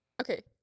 Okay